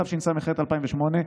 התשס"ח 2008,